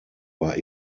war